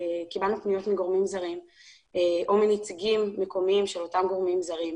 קיבלנו פניות מגורמים זרים או מנציגים מקומיים של אותם גורמים זרים,